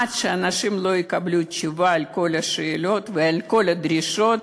עד שאנשים לא יקבלו תשובה על כל השאלות ועל כל הדרישות,